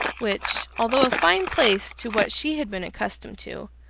which, although a fine place to what she had been accustomed to,